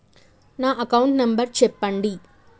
నా account number చెప్పండి?